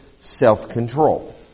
self-control